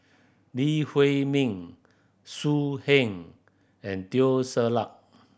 Lee Huei Min So Heng and Teo Ser Luck